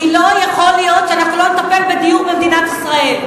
כי לא יכול להיות שאנחנו לא נטפל בדיור במדינת ישראל.